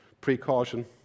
precaution